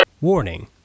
WARNING